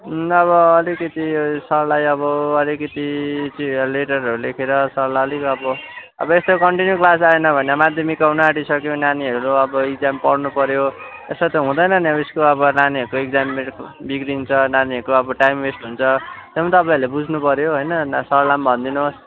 अब अलिकति सरलाई अब अलिकति चाहिँ लेटरहरू लेखेर सरलाई अलिक अब अब यस्तो कन्टिन्यू क्लास आएन भने माध्यामिक आउनु आँटिसक्यो नानीहरू अब एक्जाम पढ्नुपर्यो यसरी त हुँदैन नि अब स्कुल अब नानीहरूको एक्जाम बिग्रिन्छ नानीहरूको अब टाइम वेस्ट हुन्छ त्यो पनि तपाईँहरूले बुझ्नुपर्यो होइन सरलाई पनि भनिदिनुहोस्